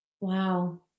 Wow